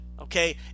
okay